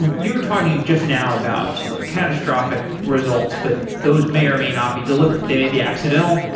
you're talking just now about catastrophic results, but those may or may not be delivered. they may be accidental,